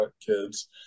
kids